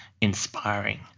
inspiring